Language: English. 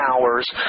hours